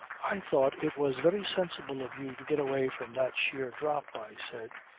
i thought it was very sensible of you to get away from that sheer drop, i said.